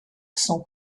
sont